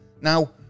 Now